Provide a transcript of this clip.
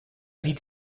sieht